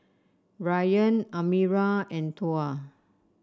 Ryan Amirah and Tuah